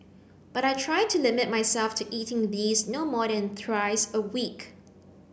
but I try to limit myself to eating these no more than thrice a week